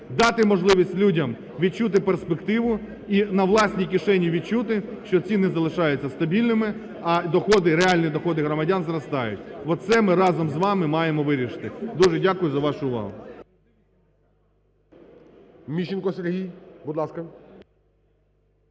дати можливість людям відчути перспективу і на власній кишені відчути, що ціни залишаються стабільними, а доходи, реальні доходи громадян зростають. Оце ми разом з вами маємо вирішити. Дуже дякую за вашу увагу.